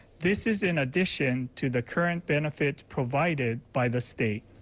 this is in addition to the current benefit provided by the state.